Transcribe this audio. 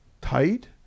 tight